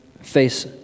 face